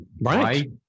right